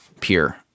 pure